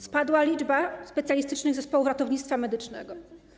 Spadła liczba specjalistycznych zespołów ratownictwa medycznego.